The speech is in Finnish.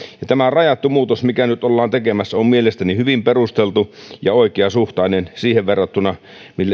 tämä rajattu muutos mikä nyt ollaan tekemässä on mielestäni hyvin perusteltu ja oikeasuhtainen siihen verrattuna